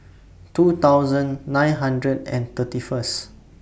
two thousand nine hundred and thirty First